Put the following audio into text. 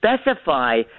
specify